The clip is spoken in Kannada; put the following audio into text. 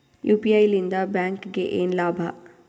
ಯು.ಪಿ.ಐ ಲಿಂದ ಬ್ಯಾಂಕ್ಗೆ ಏನ್ ಲಾಭ?